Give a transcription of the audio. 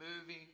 moving